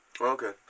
Okay